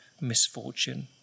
misfortune